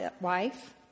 wife